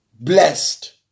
blessed